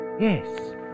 Yes